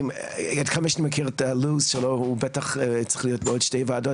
הוא בטח צריך להיות בעוד שתי ועדות,